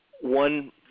One